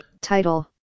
Title